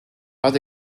but